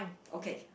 okay